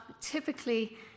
typically